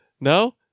no